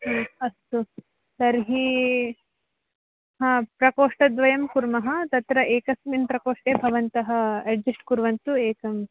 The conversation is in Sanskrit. अस्तु तर्हि हा प्रकोष्ठद्वयं कुर्मः तत्र एकस्मिन् प्रकोष्ठे भवन्तः अड्जेस्ट् कुर्वन्तु एकम्